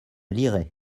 lirai